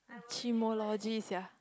chimology sia